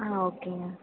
ஆ ஓகேங்க